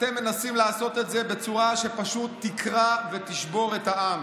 אתם מנסים לעשות את זה בצורה שפשוט תקרע ותשבור את העם.